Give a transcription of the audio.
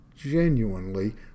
genuinely